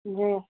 جی